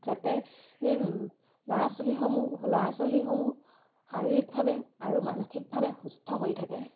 যাতে ল'ৰা ছোৱালীসমূহ ল'ৰা ছোৱালীসমূহ শাৰীৰিকভাৱে আৰু মানসিকভাৱে সুস্থ হৈ থাকে